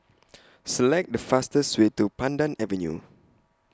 Select The fastest Way to Pandan Avenue